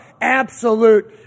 absolute